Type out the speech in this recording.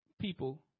people